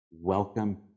Welcome